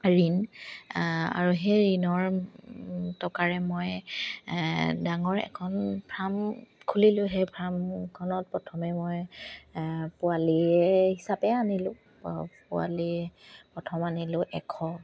ঋণ আৰু সেই ঋণৰ টকাৰে মই ডাঙৰ এখন ফাৰ্ম খুলিলোঁ সেই ফাৰ্মখনত প্ৰথমে মই পোৱালীয়ে হিচাপে আনিলোঁ পোৱালি প্ৰথম আনিলোঁ এশ